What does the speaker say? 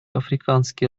африканский